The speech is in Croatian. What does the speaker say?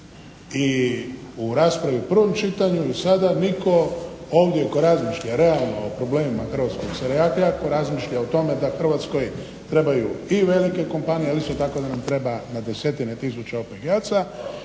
I u raspravi u 1. čitanju i sada nitko ovdje tko razmišlja realno o problemima hrvatskog seljaka, ko razmišlja o tome da Hrvatskoj trebaju i velike kompanije, ali isto tako da nam treba na desetine tisuća OPG-aca